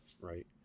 right